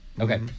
Okay